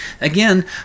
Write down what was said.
again